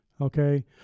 Okay